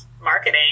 marketing